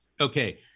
Okay